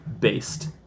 based